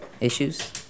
Issues